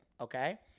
okay